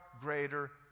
greater